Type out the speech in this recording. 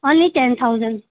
only ten thousand